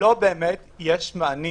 לא באמת יש מענים,